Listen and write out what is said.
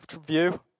view